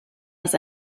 aus